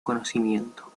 conocimiento